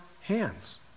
hands